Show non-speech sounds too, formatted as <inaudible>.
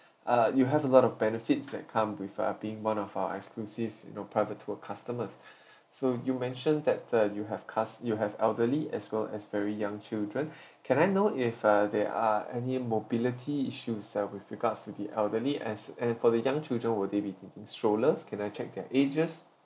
uh you have a lot of benefits that come with uh being one of our exclusive you know private tour customers <breath> so you mentioned that uh you have cous~ you have elderly as well as very young children <breath> can I know if uh there are any mobility issues ah with regards to the elderly and s~ and for the young children will they be taking strollers can I check their ages